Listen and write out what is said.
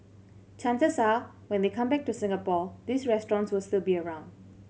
chances are when they come back to Singapore these restaurants will still be around